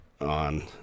on